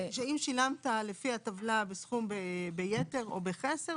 שאם שילמת לפי הטבלה בסכום ביתר או בחסר,